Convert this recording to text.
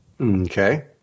Okay